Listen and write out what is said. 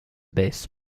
base